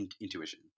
intuition